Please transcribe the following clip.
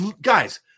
guys